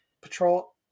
patrol